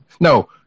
No